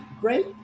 great